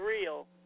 real